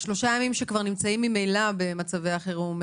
שלושה ימים שכבר נמצאים ממילא במצבי החירום,